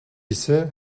ise